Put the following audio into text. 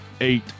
eight